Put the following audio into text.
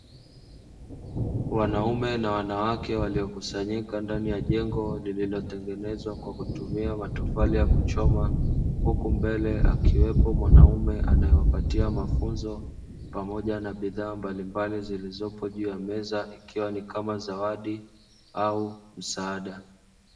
Wanaume na wanawake waliokusanyika ndanii ya jengo lililotengenezwa kwa kutumia matofali ya kuchoma, huku mbele akiwepo mwanaume anayewapatia mafunzo pamoja na bidhaa mbalimbali zilizopo juu ya meza, ikiwa ni kama zawadi au msaada.